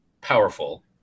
powerful